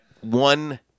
one